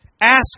Ask